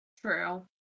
True